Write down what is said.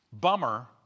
bummer